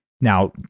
Now